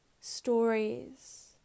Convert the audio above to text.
stories